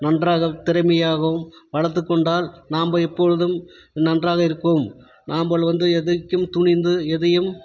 நன்றாக திறமையாகவும் வளர்த்துக்கொண்டால் நாம் எப்பொழுதும் நன்றாக இருப்போம் நாம்ப வந்து எதுக்கும் துணிந்து எதையும்